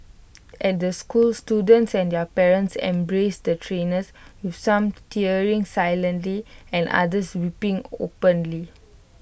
at the school students and their parents embraced the trainers with some tearing silently and others weeping openly